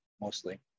mostly